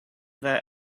there